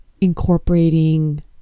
incorporating